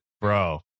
Bro